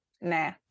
nah